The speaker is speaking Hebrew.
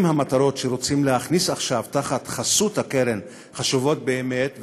אם המטרות שרוצים להכניס עכשיו תחת חסות הקרן חשובות באמת,